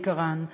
בעיקרם.